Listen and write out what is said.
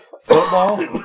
football